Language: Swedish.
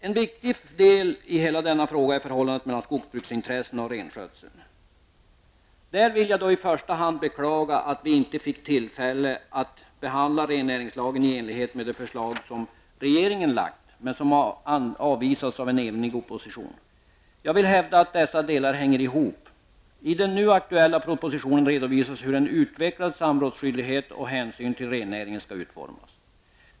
En viktigt del i hela den här frågan är förhållandet mellan skogsbruksintressena och renskötseln. Där vill jag i första hand beklaga att vi inte fick tillfälle att behandla rennäringslagen i enlighet med det förslag som regeringen framlagt men som avvisades av en enig opposition. Jag vill hävda att dessa saker hänger i hop. I den nu aktuella propositionen redovisas hur en utvecklad samrådsskyldighet och hänsyn till rennäringen skall utformas.